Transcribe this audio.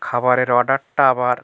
খাবারের অর্ডারটা আবার